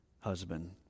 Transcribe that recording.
husband